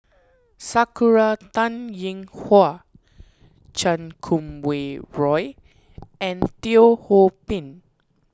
Sakura Teng Ying Hua Chan Kum Wah Roy and Teo Ho Pin